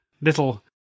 little